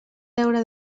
deure